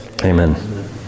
Amen